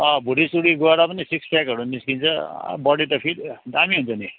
भुँडीसुँडी गएर पनि सिक्स प्याकहरू निस्किन्छ बोडी त फिट दामी हुन्छ नि